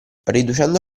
riducendo